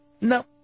No